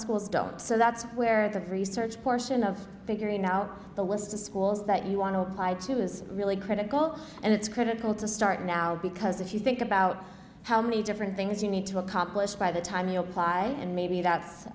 schools don't so that's where the research portion of figuring out the list of schools that you want to apply to is really critical and it's critical to start now because if you think about how many different things you need to accomplish by the time you apply and maybe that's